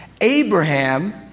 Abraham